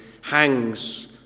hangs